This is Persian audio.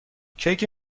کیک